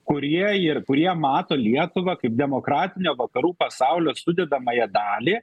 kurie ir kurie mato lietuvą kaip demokratinio vakarų pasaulio sudedamąją dalį